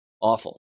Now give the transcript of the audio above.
Awful